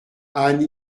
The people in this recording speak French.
anne